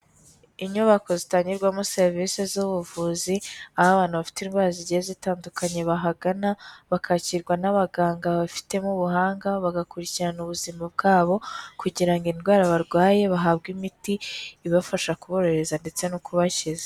Inyubako zitangirwamo serivisi z'ubuvuzi aho abantu bafite indwara zigiye zitandukanye bahagana, bakakirwa n'abaganga babifitemo ubuhanga, bagakurikirana ubuzima bwabo kugira ngo indwara barwaye bahabwe imiti ibafasha kuborohereza ndetse no kubakiza.